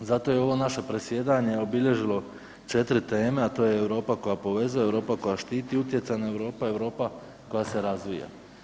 Zato je ovo naše predsjedanje obilježilo 4 teme, a to je Europa koja povezuje, Europa koja štiti, Utjecajna Europa, Europa koja se razvija.